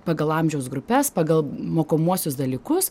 pagal amžiaus grupes pagal mokomuosius dalykus